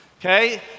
okay